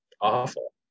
awful